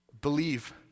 Believe